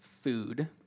food